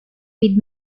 with